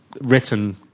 written